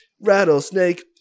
rattlesnake